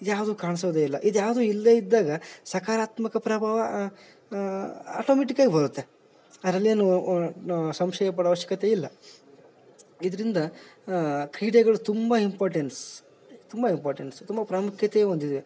ಇದು ಯಾವುದು ಕಾಣ್ಸೋದೆ ಇಲ್ಲ ಇದು ಯಾವುದು ಇಲ್ಲದೆ ಇದ್ದಾಗ ಸಕಾರಾತ್ಮಕ ಪ್ರಭಾವ ಆಟೋಮೆಟಿಕಾಗಿ ಬರುತ್ತೆ ಅದ್ರಲ್ಲಿ ಏನೂ ಸಂಶಯ ಪಡೋ ಅವಶ್ಕತೆ ಇಲ್ಲ ಇದ್ರಿಂದ ಕ್ರೀಡೆಗಳು ತುಂಬ ಇಂಪೋರ್ಟೆನ್ಸ್ ತುಂಬ ಇಂಪೋರ್ಟೆನ್ಸ್ ತುಂಬ ಪ್ರಾಮುಖ್ಯತೆಯು ಹೊಂದಿದೆ